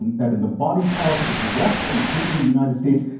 and that in the body politic of the west, and certainly the united states,